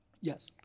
Yes